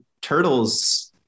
turtles